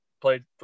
played